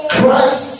Christ